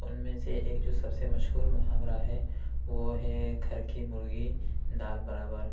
ان میں سے ایک جو سب سے مشہور محاورہ ہے وہ ہے گھر کی مرغی دال برابر